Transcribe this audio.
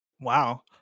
wow